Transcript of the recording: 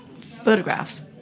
photographs